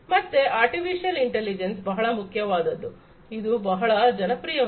ಮತ್ತೆ artificial intelligence ಬಹಳ ಮುಖ್ಯವಾದದ್ದು ಇದು ಬಹಳ ಜನಪ್ರಿಯವಾಗಿದೆ